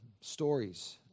stories